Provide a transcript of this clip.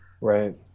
Right